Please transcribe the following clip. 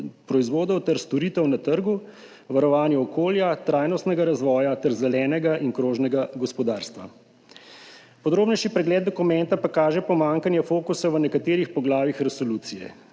proizvodov ter storitev na trgu, varovanje okolja, trajnostnega razvoja ter zelenega in krožnega gospodarstva. Podrobnejši pregled dokumenta pa kaže na pomanjkanje fokusa v nekaterih poglavjih resolucije.